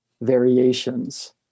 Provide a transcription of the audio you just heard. variations